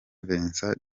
vincent